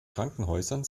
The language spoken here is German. krankenhäusern